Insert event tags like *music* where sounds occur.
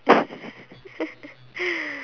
*laughs*